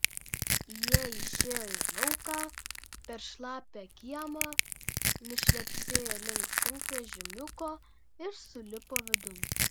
jie išėjo į lauką per šlapią kiemą nušlepsėjo link sunkvežimiuko ir sulipo vidun